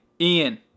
Ian